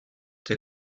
the